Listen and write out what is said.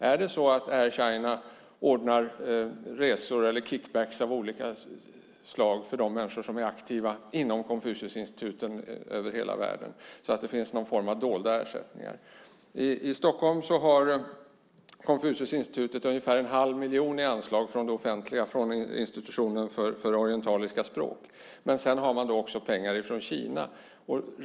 Är det så att Air China ordnar resor eller kick-backs av olika slag för dem som är aktiva inom Konfuciusinstituten över hela världen så att det finns någon form av dolda ersättningar? I Stockholm har Konfuciusinstitutet ungefär 1⁄2 miljon i anslag från det offentliga från institutionen för orientaliska språk. Man har också pengar från Kina.